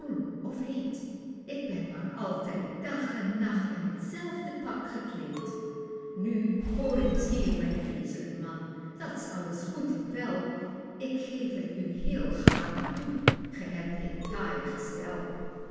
of heet ik ben maar altijd dag en nacht in t zelfde pak gekleed pieter louwerse alles zingt nu hoor eens hier mijn ijz'ren man dat s alles goed en wel ik geef het u heel gaarne toe gij hebt een taai gestel